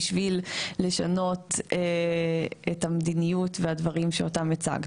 בשביל לשנות את המדיניות והדברים שאותם הצגת.